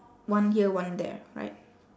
one here one there right